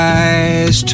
eyes